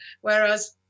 whereas